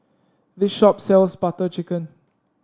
this shop sells Butter Chicken